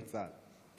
לצה"ל.